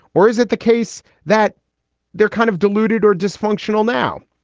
or is it the case that they're kind of deluded or dysfunctional? now,